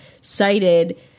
cited